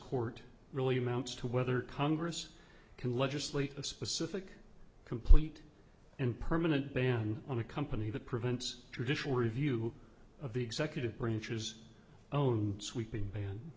court really amounts to whether congress can legislate a specific complete and permanent ban on a company that prevents judicial review of the executive branch's own sweeping ban